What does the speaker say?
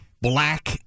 Black